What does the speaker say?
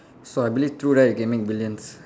so I believe through that you can make billions